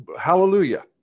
hallelujah